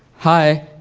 hi,